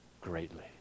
greatly